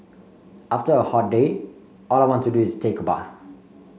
after a hot day all I want to do is take a bath